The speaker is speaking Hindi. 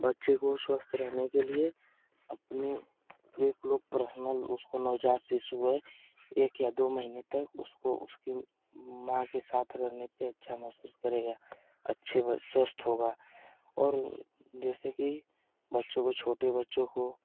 बच्चे को स्वस्थ रहने के लिए अपने एक लोग पर्सनल उसको नवजात शिशु है एक या दो महीने तक उसकी उसकी माँ के साथ रहने पे अच्छा महसूस करेगा अच्छे स्वस्थ होगा और जैसे कि बच्चों को छोटे बच्चों को